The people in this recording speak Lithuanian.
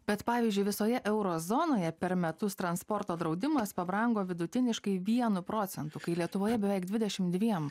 bet pavyzdžiui visoje euro zonoje per metus transporto draudimas pabrango vidutiniškai vienu procentu kai lietuvoje beveik dvidešim dviem